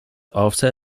after